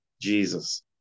Jesus